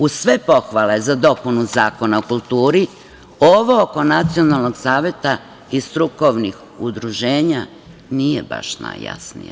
Uz sve pohvale za dopunu Zakona o kulturi, ovo oko Nacionalnog saveta i strukovnog udruženja nije baš najjasnije.